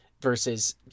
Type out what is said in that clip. versus